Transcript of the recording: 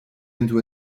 into